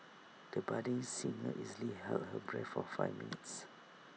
the budding singer easily held her breath for five minutes